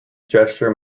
gesture